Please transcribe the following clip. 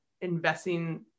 investing